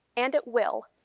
and it will,